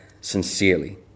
sincerely